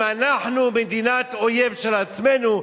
אם אנחנו מדינת אויב של עצמנו,